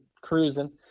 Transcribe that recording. cruising